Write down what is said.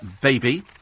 baby